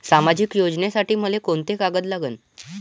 सामाजिक योजनेसाठी मले कोंते कागद लागन?